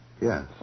Yes